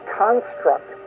construct